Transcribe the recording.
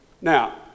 Now